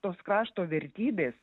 tos krašto vertybės